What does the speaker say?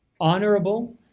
honorable